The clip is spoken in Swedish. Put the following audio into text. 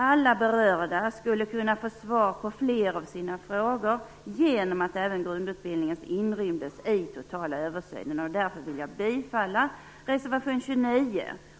Alla berörda skulle kunna få svar på fler av sina frågor genom att även grundutbildningen inrymdes i den totala översynen. Därför vill jag yrka bifall till reservation 29.